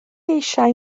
eisiau